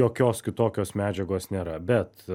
jokios kitokios medžiagos nėra bet